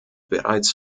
bereits